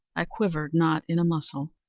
i quivered not in a muscle.